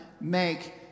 make